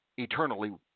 Eternally